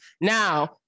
Now